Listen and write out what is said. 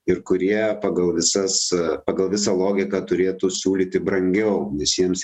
ir kurie pagal visas pagal visą logiką turėtų siūlyti brangiau nes jiems